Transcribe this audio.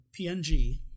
PNG